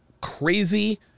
crazy